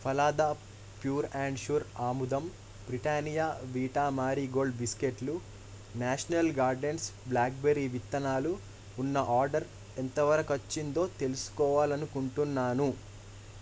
Phalada pure and sure ఆముదం Britannia Vita Marie Gold బిస్కెట్లు national gardens blackberry విత్తనాలు ఉన్న ఆర్డర్ ఎంతవరకొచ్చిందో తెలుసుకోవాలనుకుంటున్నాను